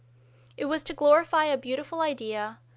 it was to glorify a beautiful idea,